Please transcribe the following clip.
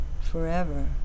forever